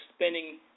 spending